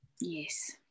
Yes